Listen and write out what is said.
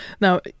Now